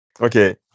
Okay